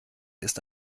ist